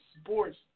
sports